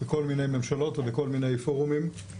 בכל מיני ממשלות ובכל מיני פורומים.